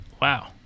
Wow